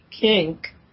kink